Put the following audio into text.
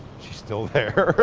she's still there.